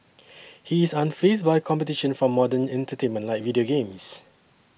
he is unfazed by competition from modern entertainment like video games